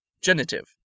Genitive